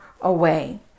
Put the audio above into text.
away